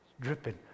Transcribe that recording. Dripping